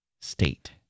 state